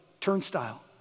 turnstile